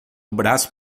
braço